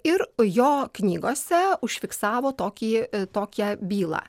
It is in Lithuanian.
ir jo knygose užfiksavo tokį tokią bylą